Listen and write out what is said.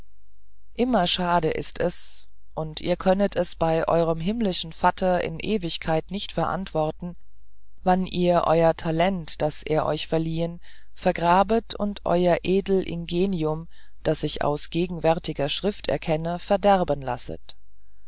immer schade ist es und ihr könnet es bei euerm himmlischen vatter in ewigkeit nicht verantworten wann ihr eur talent das er euch verliehen vergrabet und euer edel ingenium das ich aus gegenwärtiger schrift erkenne verderben lasset